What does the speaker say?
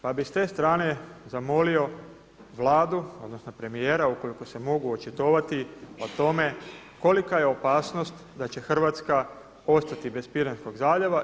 Pa bi s te strane zamolio Vladu odnosno premijera ukoliko se mogu očitovati o tome kolika je opasnost da će Hrvatska ostati bez Piranskog zaljeva.